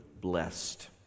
blessed